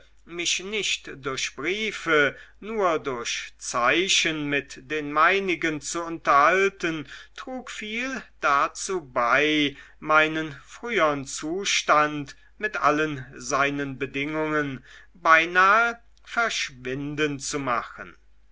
mich nicht durch briefe nur durch zeichen mit den meinigen zu unterhalten trug viel dazu bei meinen frühern zustand mit allen seinen bedingungen beinahe verschwinden zu machen